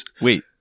wait